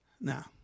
Now